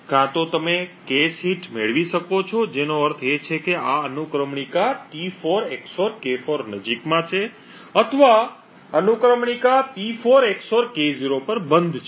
કાં તો તમે cache હિટ મેળવી શકો છો જેનો અર્થ એ કે આ અનુક્રમણિકા T4 XOR K4 નજીકમાં છે અથવા અનુક્રમણિકા P0 XOR K0 પર બંધ છે